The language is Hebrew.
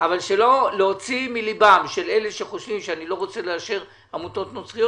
אבל להוציא מליבם של אלה שחושבים שאני לא רוצה לאשר עמותות נוצריות